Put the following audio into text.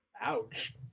Ouch